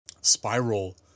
spiral